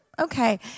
okay